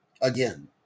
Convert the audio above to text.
Again